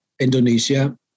Indonesia